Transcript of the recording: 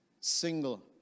single